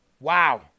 wow